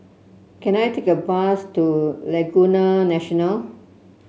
can I take a bus to Laguna National